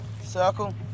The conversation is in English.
Circle